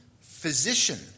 physician